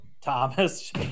thomas